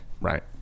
Right